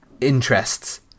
interests